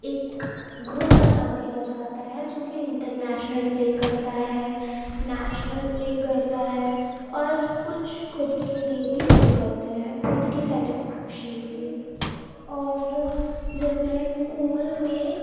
ایک گروپ بنا دیا جاتا ہے جو کہ انٹر نیشنل پلے کرتا ہے نیشنل پلے کرتا ہے اور کچھ خود کے لیے بھی پلے کرتے ہیں خود کی سیٹسفیکشن کے لیے اور جیسے اسکول میں